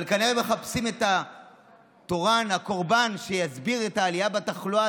אבל כנראה מחפשים את התורן הקורבן שיסביר את העלייה בתחלואה,